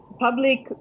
Public